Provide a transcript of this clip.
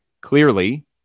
Clearly